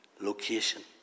location